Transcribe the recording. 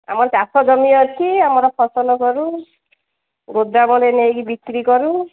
ଆମ ଚାଷ ଜମି ଅଛି ଆମର ଫସଲ କରୁ ଗୋଦାମରେ ନେଇକି ବିକ୍ରି କରୁ